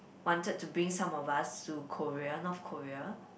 wanted to bring some of us to Korea North Korea